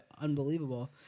unbelievable